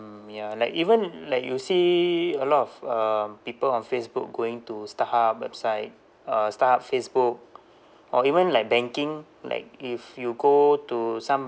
ya like even like you see a lot of um people on facebook going to starhub website uh starhub facebook or even like banking like if you go to some